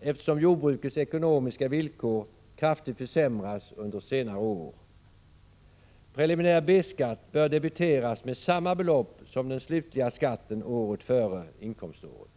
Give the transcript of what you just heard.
eftersom jordbrukets ekonomiska villkor kraftigt försämrats under senare år. Preliminär B-skatt bör debiteras med samma belopp som den slutliga skatten året före inkomståret.